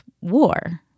war